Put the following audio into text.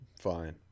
fine